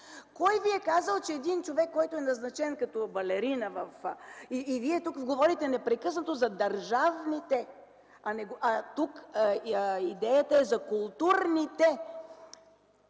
Кой ви е казал, че човек, който е назначен като балерина... Вие говорите непрекъснато за държавните, а тук идеята е за културните